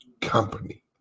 company